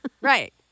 right